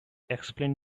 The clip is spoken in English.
explain